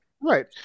Right